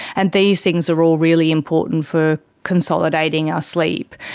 and these things are all really important for consolidating our sleep.